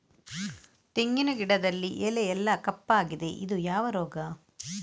ತೆಂಗಿನ ಗಿಡದಲ್ಲಿ ಎಲೆ ಎಲ್ಲಾ ಕಪ್ಪಾಗಿದೆ ಇದು ಯಾವ ರೋಗ?